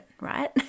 right